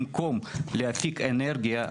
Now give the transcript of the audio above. במקום להפיק אנרגיה,